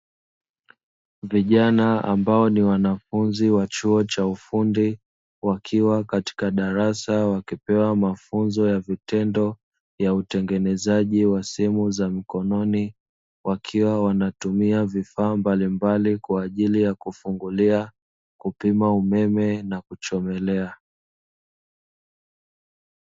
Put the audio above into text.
Vijana ambao ni wanafunzi wa chuo cha ufundi wakiwa katika darasa wakipewa mafunzo ya vitendo ya utengenezaji wa simu za mikononi wakiwa wanatumia vifaa mbalimbali kwa ajili ya kufungulia, kupima umeme, na kuchomelea.